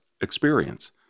experience